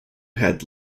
had